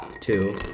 two